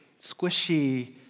squishy